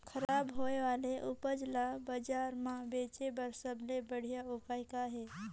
खराब होए वाले उपज ल बाजार म बेचे बर सबले बढ़िया उपाय का हे?